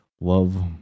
Love